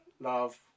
Love